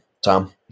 Tom